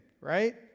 right